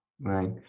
right